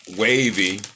wavy